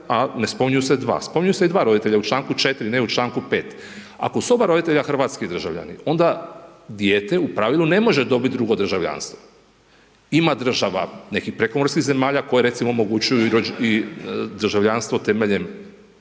a ne spominju se dva. Spominju se i dva roditelja u čl. 4, ne u čl. 5. Ako su oba roditelja hrvatski državljani, onda dijete u pravilu ne može dobiti drugo državljanstvo. Ima država, nekih prekomorskih zemalja koje recimo omogućuju državljanstvo temeljem